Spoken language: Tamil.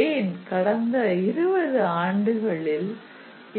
ஏன் கடந்த 20 ஆண்டுகளில்